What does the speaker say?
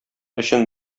өчен